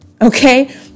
okay